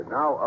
Now